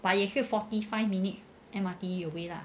but 也是 forty five minutes M_R_T 回 lah